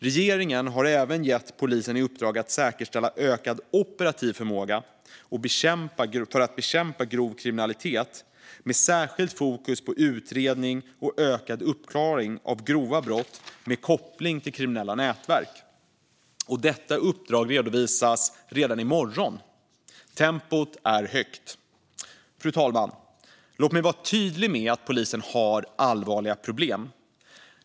Regeringen har även gett polisen i uppdrag att säkerställa ökad operativ förmåga att bekämpa grov kriminalitet, med särskilt fokus på utredning och ökad uppklaring av grova brott med koppling till kriminella nätverk. Detta uppdrag redovisas redan i morgon. Tempot är högt. Fru talman! Låt mig vara tydlig med att polisen har allvarliga problem.